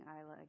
Isla